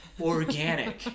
organic